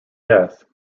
death